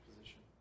position